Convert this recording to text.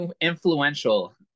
influential